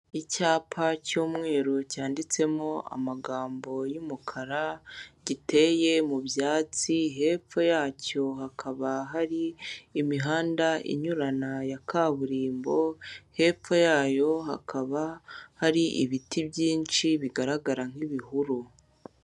Icyapa cy'umweru cyanditsemo amagambo y'umukara, giteye mu byatsi, hepfo yacyo hakaba hari imihanda inyurana ya kaburimbo, hepfo yayo hakaba hari ibiti byinshi bigaragara nk'ibihuru.